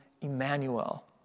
Emmanuel